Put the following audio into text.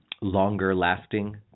longer-lasting